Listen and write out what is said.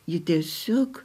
ji tiesiog